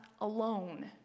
alone